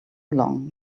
long